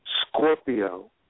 Scorpio